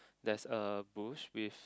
there's a bush with